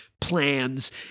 plans